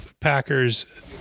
Packers